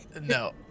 no